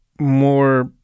more